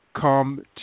come